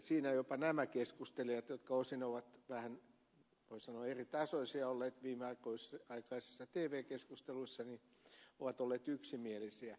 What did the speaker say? siinä jopa nämä keskustelijat jotka osin ovat olleet vähän voisi sanoa eritasoisia viimeaikaisissa televisiokeskusteluissa ovat olleet yksimielisiä